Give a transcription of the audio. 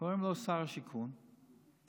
קוראים לו שר השיכון אלקין,